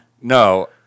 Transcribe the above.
No